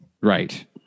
right